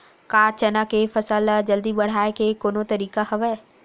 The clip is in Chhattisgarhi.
का चना के फसल ल जल्दी बढ़ाये के कोनो तरीका हवय?